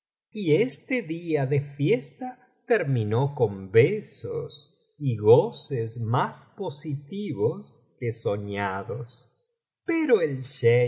y este día de fiesta terminó con besos y goces mas positivos que sonados pero el